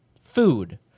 food